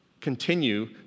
continue